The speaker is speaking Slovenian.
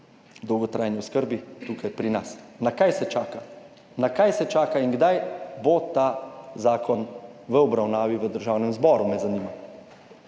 dolgotrajni oskrbi tukaj pri nas. Na kaj se čaka, na kaj se čaka in kdaj bo ta zakon v obravnavi v Državnem zboru, me zanima?